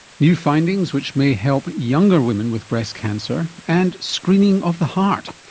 new findings which may help younger women with breast cancer. and screening of the heart.